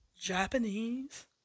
Japanese